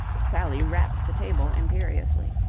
sally rapped the table imperiously.